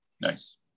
Nice